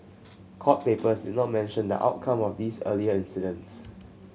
court papers did not mention the outcome of these earlier incidents